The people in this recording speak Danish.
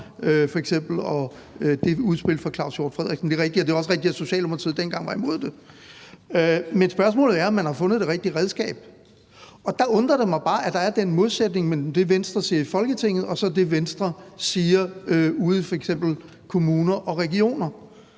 og udspillet fra Claus Hjort Frederiksen. Det er rigtigt. Og det er også rigtigt, at Socialdemokratiet dengang var imod det. Men spørgsmålet er, om man har fundet det rigtige redskab. Der undrer det mig bare, at der er den modsætning mellem det, Venstre siger i Folketinget, og så det, Venstre siger ude i f.eks. kommuner og regioner.